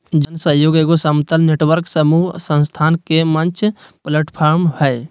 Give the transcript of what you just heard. जन सहइोग एगो समतल नेटवर्क समूह संस्था के मंच प्लैटफ़ार्म हइ